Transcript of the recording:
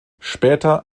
später